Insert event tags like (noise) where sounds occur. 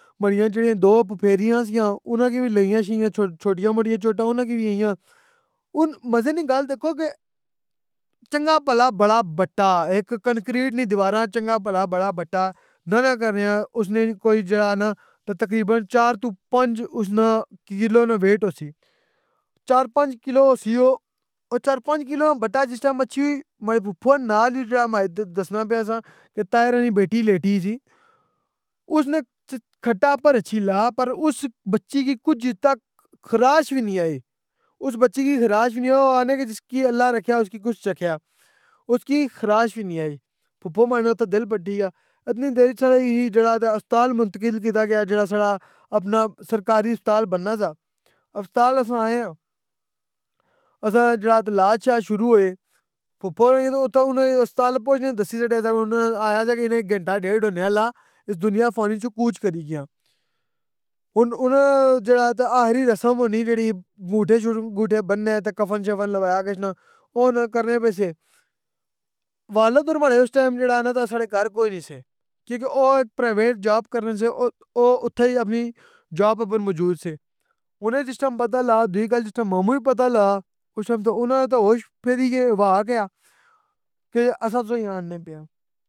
ماڑی جیڑیاں دو پھوپہریاں سیاں، اننا کی وی لگیاں شیاں چھوٹیاں موٹیاں چوٹاں۔ اننا کی وی آیاں۔ ہن مزے نی گل دیکھو کے چنگا پلا بڑا بھٹتا اک کنکریٹ نی دیوار وچ چنگا پلا بڑا بھٹتا نا نا کرنیا اسنی کوئی جیڑا نا تقریباً چار پنج کلو نہ اسنا ویٹ ہوسی۔ چار پنجھ کلو سی او، چار پنجھ کلو دا بھٹا جس ویلے اچھی ماڑی پھوپو نال پیا دسنا آ سا، طاہر نے بیٹی لیٹی ای سی، اس نے کھٹ آ اپر اچھی لگا پا پر اس بچی کی کج تک خراش وی نی آئی۔ اس بچی کی خراش وی نی آئی، او آخنے کے جس کی اللہ رکھیا اس کس چکھایا، اس کی خراش وی نی آئی، پھپو ساڑی نا تے دل مٹتی گیا۔ ااتنی دیری اے جیڑا ای ہسپتال منتقل کیتا گیا۔ جیڑا ساڑا سرکاری ہسپتال بننا سا۔ ہسپتال اسساں آیا آں (hesitation) اسساں جیڑا علاج شاج شروع ہوئے، پھپو کی اتھاں اننے، ھسپتال پہنچنے دسسی شوریا سا کہ اننا آخیا سا کہ اننا گھنٹہ ڈیڈ ھ ہونے آلا، اس دنیا فانی اچ اوں کچ کری گیاں۔ ہن ہنا جیڑا اے کے آخری رسم ہونی جیڑی گوٹھے بننے کفن شفن لگا گچھنا، او کرنے پیے سے۔ والد اورماڑے اس ٹائمُ جیڑا نا اگھر کوئی نے سے، کیاں کے او پرائیویٹ جاب کرنے دے او اتنا ای اپنے جاب اپر موجود سے، اننا جس ٹائم اس گل نا پتہ لگا دوئی گل جس ٹائم ماموں کے پتہ لگا تے اننا نے تے ہوش پھری گئے، وائا کیا، پہر اسساں تسیں کی آننے پیاں۔